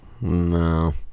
No